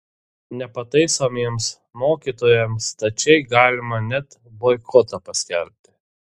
nepataisomiems mokytojams stačiai galima net boikotą paskelbti